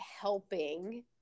helping